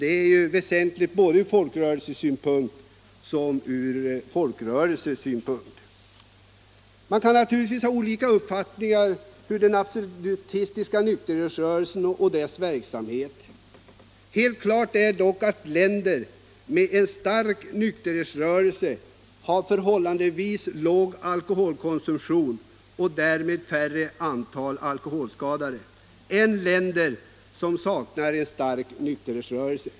Det är ju väsentligt både ur nykterhetsrörelsesynpunkt och ur folkrörelsesynpunkt. Man kan naturligtvis ha olika uppfattningar om den absolutistiska nykterhetsrörelsen och dess verksamhet. Helt klart är dock att länder med en stark nykterhetsrörelse har förhållandevis låg alkoholkonsumtion och därmed färre antal alkoholskadade än länder som saknar en stark nykterhetsrörelse.